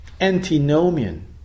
antinomian